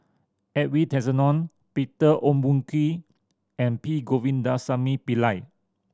Edwin Tessensohn Peter Ong Boon Kwee and P Govindasamy Pillai